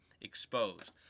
exposed